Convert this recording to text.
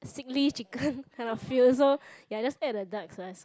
sickly chicken kinda feel so ya just add the dark soya sauce